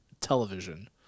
television